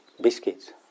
biscuits